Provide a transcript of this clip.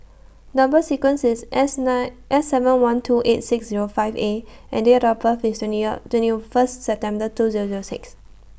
Number sequence IS S nine S seven one two eight six Zero five A and Date of birth IS twenty of twenty of First September two Zero Zero six